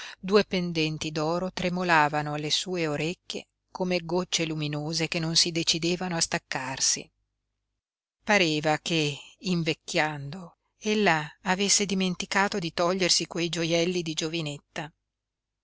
due pendenti d'oro tremolavano alle sue orecchie come gocce luminose che non si decidevano a staccarsi pareva che invecchiando ella avesse dimenticato di togliersi quei gioielli di giovinetta